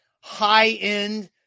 high-end